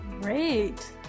Great